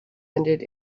ended